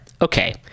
Okay